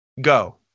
Go